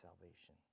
salvation